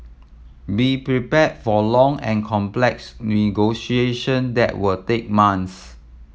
be prepared for long and complex negotiation that will take month